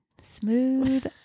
Smooth